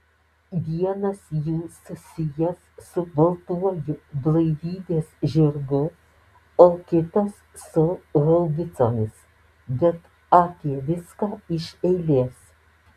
vienas jų susijęs su baltuoju blaivybės žirgu o kitas su haubicomis bet apie viską iš eilės